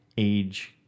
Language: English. Age